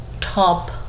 top